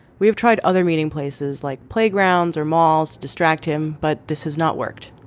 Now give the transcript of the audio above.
we've tried other meeting places like playgrounds or malls distract him but this has not worked.